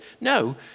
No